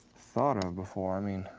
thought of before. i mean,